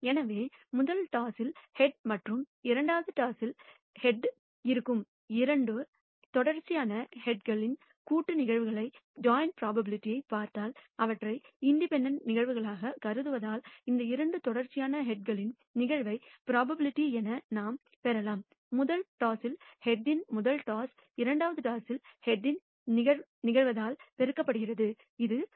எனவே முதல் டாஸில் ஹெட் மற்றும் இரண்டாவது டாஸில் ஹெட்யாக இருக்கும் இரண்டு தொடர்ச்சியான ஹெட்களின் கூட்டு நிகழ்தகவைப் பார்த்தால் அவற்றை இண்டிபெண்டெண்ட் நிகழ்வுகளாகக் கருதுவதால் இந்த இரண்டு தொடர்ச்சியான ஹெட்களின் நிகழ்தகவை ப்ரோபபிலிட்டி என நாம் பெறலாம் முதல் டாஸில் ஹெட்யின் முதல் டாஸ் இரண்டாவது டாஸில் ஹெட்யின் நிகழ்தகவால் பெருக்கப்படுகிறது இது 0